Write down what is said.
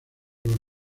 los